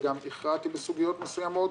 וגם הכרעתי בסוגיות מסוימות.